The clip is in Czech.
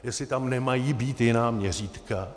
Jestli tam nemají být jiná měřítka.